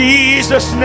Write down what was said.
jesus